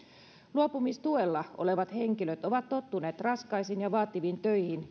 luopumistuella olevat henkilöt ovat tottuneet raskaisiin ja vaativiin töihin